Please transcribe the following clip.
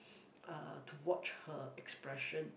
uh to watch her expression